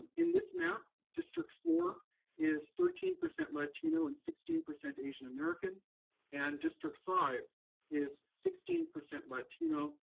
in this map, district four is thirteen percent latino and sixteen percent asian-american, and district five is sixteen percent latino,